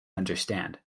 understand